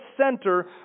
center